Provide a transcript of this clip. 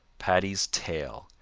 paddy's tail.